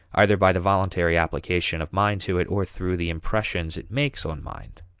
either by the voluntary application of mind to it or through the impressions it makes on mind.